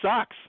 sucks